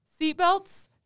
seatbelts